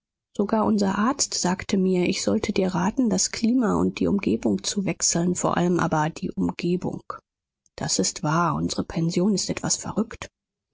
sogar unser arzt sagte mir ich sollte dir raten das klima und die umgebung zu wechseln vor allem aber die umgebung das ist wahr unsere pension ist etwas verrückt